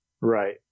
right